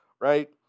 right